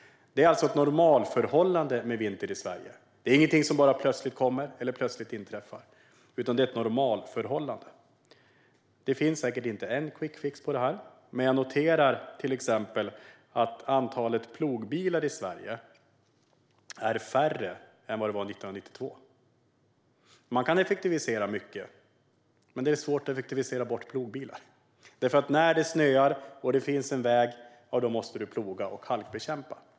Det är ett normalförhållande med vinter i Sverige. Det är ingenting som plötsligt inträffar, utan det är ett normalförhållande. Det finns säkert inte någon quick fix på detta, men jag noterar till exempel att antalet plogbilar i Sverige är mindre än vad det var 1992. Man kan effektivisera mycket, men det är svårt att effektivisera bort plogbilar. När det snöar, och när det finns en väg, måste man ploga och halkbekämpa.